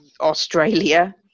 Australia